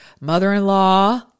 mother-in-law